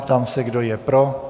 Ptám se, kdo je pro.